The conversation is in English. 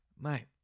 Mate